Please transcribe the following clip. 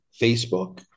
Facebook